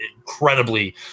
incredibly